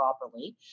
properly